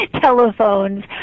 telephones